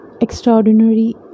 Extraordinary